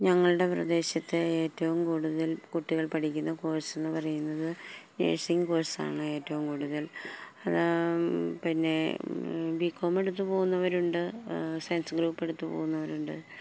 ഞങ്ങളുടെ പ്രദേശത്ത് ഏറ്റവും കൂടുതൽ കുട്ടികൾ പഠിക്കുന്ന കോഴ്സ് എന്ന് പറയുന്നത് നേഴ്സിംഗ് കോഴ്സാണ് ഏറ്റവും കൂടുതൽ പിന്നെ ബികോം എടുത്ത് പോകുന്നവരുണ്ട് സയൻസ് ഗ്രൂപ്പ് എടുത്ത് പോകുന്നവരുണ്ട്